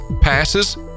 passes